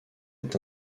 est